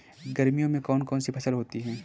गर्मियों में कौन कौन सी फसल होती है?